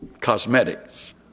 cosmetics